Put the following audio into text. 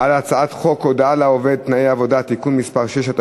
חוק הודעה לעובד (תנאי עבודה) (תיקון מס' 6),